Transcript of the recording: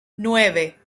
nueve